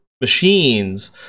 machines